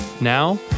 Now